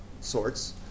sorts